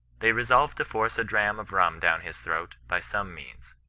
they resolved to force a dram of rum down his throat by some means.